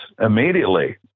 immediately